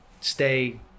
stay